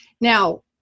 Now